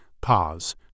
pause